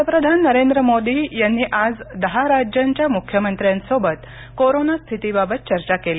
पंतप्रधान नरेंद्र मोदी यांनीआज दहा राज्यांच्या मुख्यमंत्र्यांसोबत कोरोनास्थितीबाबत चर्चा केली